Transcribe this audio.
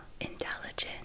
intelligent